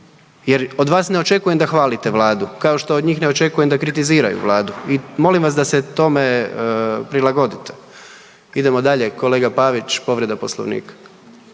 jer, od vas ne očekujem da hvalite Vladu, kao što od njih ne očekujem da kritiziraju Vladu i molim vas da se tome prilagodite. Idemo dalje, kolega Pavić, povreda Poslovnika.